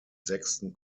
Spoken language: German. sechsten